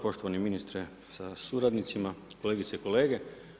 Poštovani ministre sa suradnicima, kolegice i kolege.